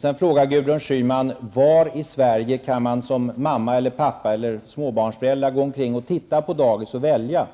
Sedan frågar Gudrun Schyman var i Sverige man kan som mamma, pappa eller småbarnsförälder gå omkring och titta på olika dagis och välja.